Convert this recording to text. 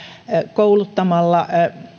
kouluttamalla